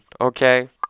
okay